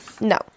No